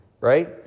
right